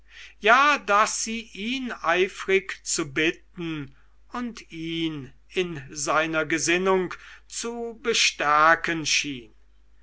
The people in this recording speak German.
ja daß sie ihn eifrig zu bitten und ihn in seiner gesinnung zu bestärken schien